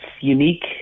unique